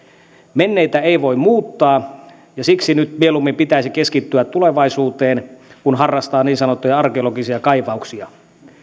menneitä ei voi muuttaa ja siksi nyt mieluummin pitäisi keskittyä tulevaisuuteen kuin harrastaa niin sanottuja arkeologisia kaivauksia